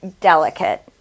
delicate